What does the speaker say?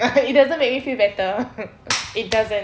it doesn't make me feel better it doesn't